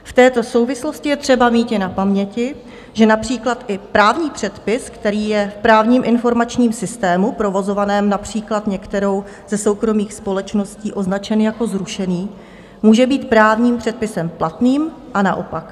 V této souvislosti je třeba míti na paměti, že například i právní předpis, který je v právním informačním systému, provozovaném například některou ze soukromých společností, označen jako zrušený, může být právním předpisem platným a naopak.